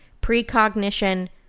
precognition